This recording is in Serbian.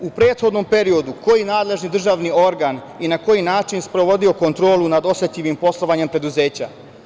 U prethodnom periodu koji nadležni državni organ i na koji način je sprovodio kontrolu nad osetljivim poslovanjem preduzeća?